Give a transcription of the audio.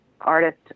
artist